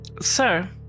Sir